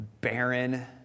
barren